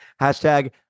hashtag